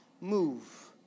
move